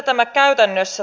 arvoisa puhemies